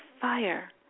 fire